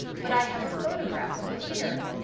but i have a photograph of it here.